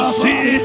see